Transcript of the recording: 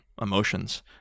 Emotions